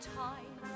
time